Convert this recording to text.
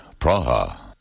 Praha